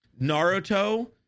Naruto